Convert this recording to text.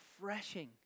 refreshing